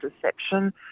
deception